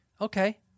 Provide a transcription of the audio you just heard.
Okay